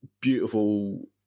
beautiful